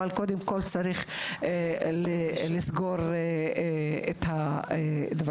אבל קודם כול צריך לסגור את הדברים.